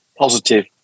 Positive